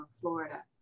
Florida